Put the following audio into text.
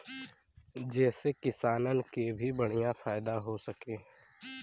जेसे किसानन के भी बढ़िया फायदा हो सके